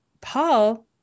Paul